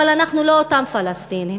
אבל אנחנו לא אותם פלסטינים,